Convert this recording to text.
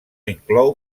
inclou